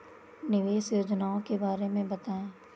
निवेश योजनाओं के बारे में बताएँ?